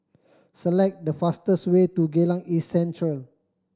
select the fastest way to Geylang East Central